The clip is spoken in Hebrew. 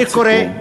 משפט סיכום.